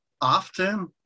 often